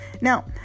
Now